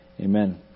Amen